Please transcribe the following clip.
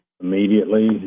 immediately